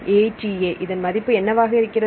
ATA இதன் மதிப்பு என்னவாக இருக்கிறது